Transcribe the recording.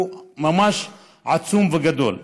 ממש עצומים וגדולים.